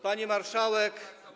Pani Marszałek!